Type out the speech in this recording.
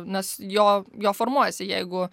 nes jo jo formuojasi jeigu